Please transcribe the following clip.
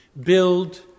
build